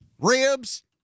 ribs